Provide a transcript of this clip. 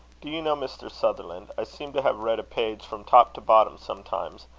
do you know, mr. sutherland, i seem to have read a page from top to bottom sometimes,